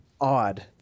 odd